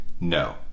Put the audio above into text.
No